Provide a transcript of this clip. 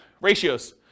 ratios